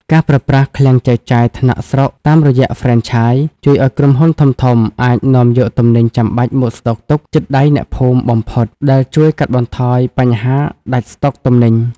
ការប្រើប្រាស់ "ឃ្លាំងចែកចាយថ្នាក់ស្រុក" តាមរយៈហ្វ្រេនឆាយ ជួយឱ្យក្រុមហ៊ុនធំៗអាចនាំយកទំនិញចាំបាច់មកស្តុកទុកជិតដៃអ្នកភូមិបំផុត ដែលជួយកាត់បន្ថយបញ្ហាដាច់ស្តុកទំនិញ។